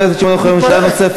אני מתפלא.